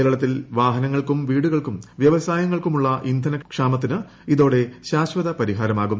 കേരളത്തിൽ വാഹനങ്ങൾക്കും വീടുകൾക്കും വൃവസായങ്ങൾക്കുമുള്ള ഇന്ധനക്ഷാമത്തിന് ഇതോടെ ശാശ്വത പരിഹാരമാകും